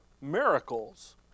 miracles